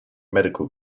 medical